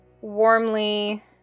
warmly